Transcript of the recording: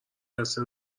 کسی